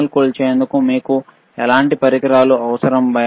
signal కొలిచేందుకు మీకు ఎలాంటి పరికరాలు అవసరం